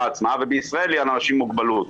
עצמה ובישראל היא על אנשים עם מוגבלות.